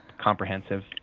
comprehensive